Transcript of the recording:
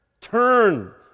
turn